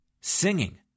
singing